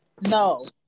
no